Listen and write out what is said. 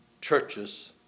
churches